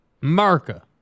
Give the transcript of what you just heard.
Marca